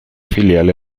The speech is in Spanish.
filial